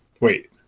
Wait